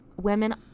women